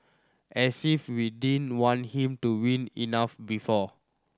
as if we didn't want him to win enough before